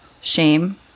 shame